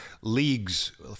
leagues